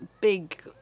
big